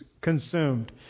consumed